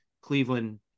Cleveland